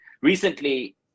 Recently